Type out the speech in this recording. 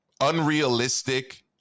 unrealistic